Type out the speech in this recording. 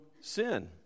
sin